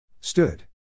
Stood